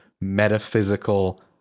metaphysical